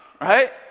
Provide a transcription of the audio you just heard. right